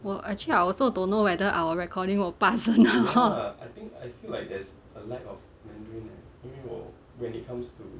well actually I also don't know whether our recording will pass or not